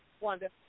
Wanda